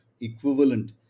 equivalent